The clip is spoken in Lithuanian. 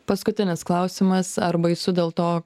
paskutinis klausimas ar baisu dėl to